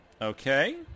Okay